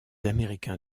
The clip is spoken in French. américains